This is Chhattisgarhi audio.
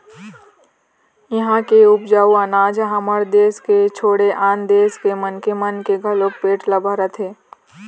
इहां के उपजाए अनाज ह हमर देस के छोड़े आन देस के मनखे मन के घलोक पेट ल भरत हे